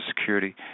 security